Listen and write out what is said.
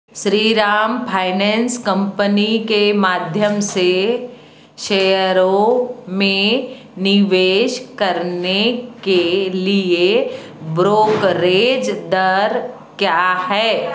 Shriram finance company के माध्यम से शेयरों में निवेश करने के लिए ब्रोकरेज दर क्या है